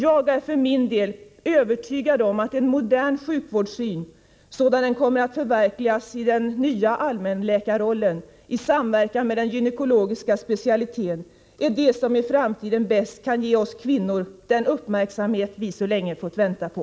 Jag är för min del övertygad om att en modern sjukvårdssyn sådan den kommer att förverkligas i den nya allmänläkarrollen i samverkan med den gynekologiska specialiteten är det som i framtiden bäst kan ge oss kvinnor den uppmärksamhet vi så länge fått vänta på.